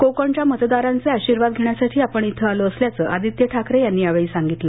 कोकणच्या मतदारांचे आशीर्वाद धेण्यासाठी आपण इथं आलो असल्याचं आदित्य ठाकरे यांनी यावेळी सांगितलं